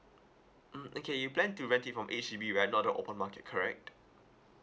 mm okay you plan to rent it from H_D_B right not the open market correct